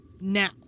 Now